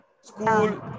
school